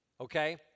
okay